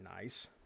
nice